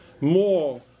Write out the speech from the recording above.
more